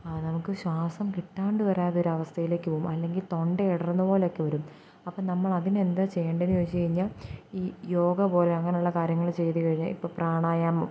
നമുക്കു ശ്വാസം കിട്ടാണ്ട് വരാതെയൊരവസ്ഥയിലേക്കു പോകും അല്ലെങ്കിൽ തൊണ്ട ഇടര്ന്ന പോലെയൊക്കെ വരും അപ്പോൾ നമ്മളതിനെ എന്താ ചെയ്യേണ്ടതെന്നു ചോദിച്ചെന്നാൽ ഈ യോഗാ പോലെ അങ്ങനെയുള്ള കാര്യങ്ങൾ ചെയ്തു കഴിഞ്ഞാൽ ഇപ്പോൾ പ്രാണായാമം